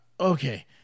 Okay